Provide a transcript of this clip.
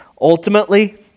Ultimately